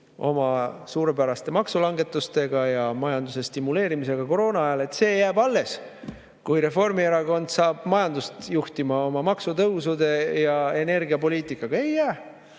oma suurepäraste maksulangetuste abil ja majanduse stimuleerimisega koroonaajal, jääb alles, kui Reformierakond saab majandust juhtima oma maksutõusude ja energiapoliitikaga. Ei jää!